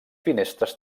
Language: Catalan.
finestres